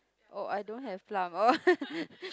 oh I don't have plum oh